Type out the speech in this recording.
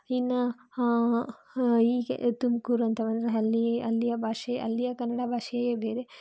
ಇನ್ನು ಹೀಗೆ ತುಮಕೂರು ಅಂತ ಬಂದರೆ ಅಲ್ಲಿಯೇ ಅಲ್ಲಿಯ ಭಾಷೆಯೇ ಅಲ್ಲಿಯ ಕನ್ನಡ ಭಾಷೆಯೇ ಬೇರೆ